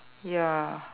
ya